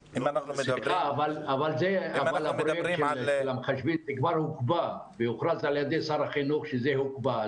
הנושא של המחשבים כבר הוכרז על ידי שר החינוך שהוא הוקפא.